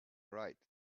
right